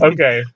Okay